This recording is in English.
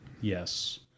Yes